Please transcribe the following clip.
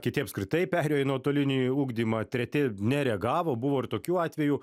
kiti apskritai perėjo į nuotolinį ugdymą treti nereagavo buvo ir tokių atvejų